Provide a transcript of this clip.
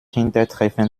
hintertreffen